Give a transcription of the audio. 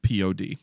POD